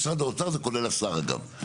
משרד האוצר זה כולל השר, אגב.